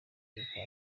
gukwa